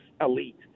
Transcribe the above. elite